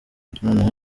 noneho